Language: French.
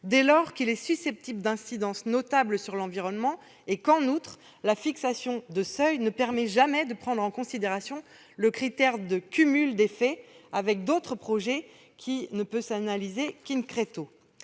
dès lors qu'il est susceptible d'avoir une incidence notable sur l'environnement, et, en outre, la fixation de seuils ne permet jamais de prendre en considération le critère de cumul d'effets avec ceux d'autres projets, ce cumul pouvant s'analyser seulement.